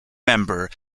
member